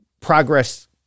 progress